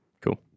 Cool